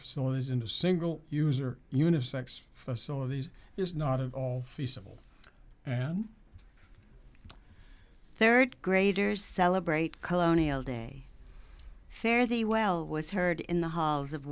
facilities into single user unisex facilities is not at all feasible and third graders celebrate colonial day fare thee well was heard in the halls of